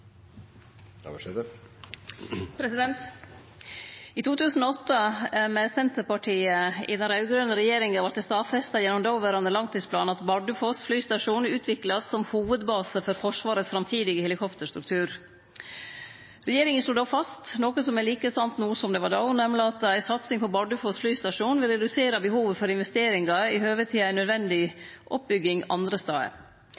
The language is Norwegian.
forsvarsevne, viktigst. I 2008 – med Senterpartiet i den raud-grøne regjeringa – vart det stadfesta gjennom dåverande langtidsplan at «Bardufoss flystasjon utvikles som hovedbase for Forsvarets fremtidige helikopterstruktur». Regjeringa slo då fast – noko som er like sant no som det var då – at ei satsing på Bardufoss flystasjon vil redusere behovet for investeringar i høve til ei nødvendig